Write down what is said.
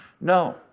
No